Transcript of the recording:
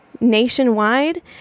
nationwide